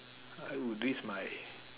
I will risk my